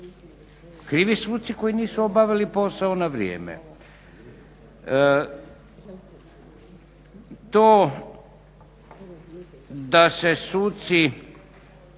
krivi suci koji nisu obavili posao na vrijeme. To da se suci